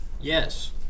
Yes